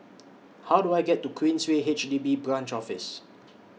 How Do I get to Queensway H D B Branch Office